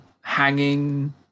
hanging